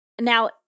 Now